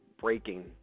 breaking